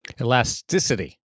Elasticity